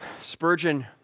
Spurgeon